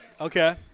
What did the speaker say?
Okay